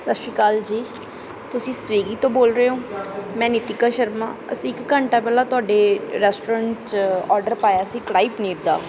ਸਤਿ ਸ਼੍ਰੀ ਅਕਾਲ ਜੀ ਤੁਸੀਂ ਸਵੀਗੀ ਤੋਂ ਬੋਲ ਰਹੇ ਹੋ ਮੈਂ ਨੀਤੀਕਾ ਸ਼ਰਮਾ ਅਸੀਂ ਇੱਕ ਘੰਟਾ ਪਹਿਲਾਂ ਤੁਹਾਡੇ ਰੈਸਟੋਰੇਂਟ 'ਚ ਓਡਰ ਪਾਇਆ ਸੀ ਕੜਾਹੀ ਪਨੀਰ ਦਾ